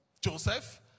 Joseph